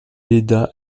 léda